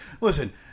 Listen